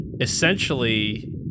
essentially